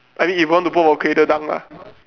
I mean if you want to put on cradle dunk ah